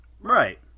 right